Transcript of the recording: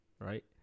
right